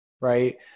Right